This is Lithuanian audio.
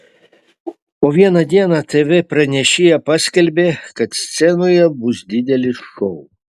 o vieną dieną tv pranešėja paskelbė kad scenoje bus didelis šou